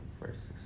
verses